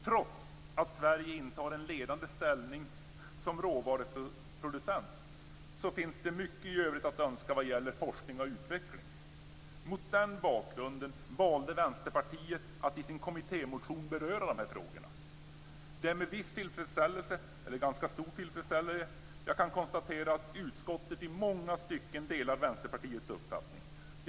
Trots att Sverige intar en ledande ställning som råvaruproducent finns det mycket övrigt att önska när det gäller forskning och utveckling. Mot den bakgrunden valde Vänsterpartiet att i sin kommittémotion beröra dessa frågor. Det är med ganska stor tillfredsställelse som jag konstaterar att utskottet i många stycken delar Vänsterpartiets uppfattning.